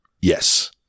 Yes